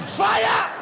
fire